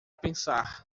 pensar